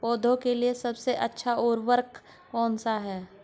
पौधों के लिए सबसे अच्छा उर्वरक कौन सा है?